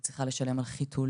היא צריכה לשלם על טיטולים,